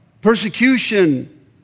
persecution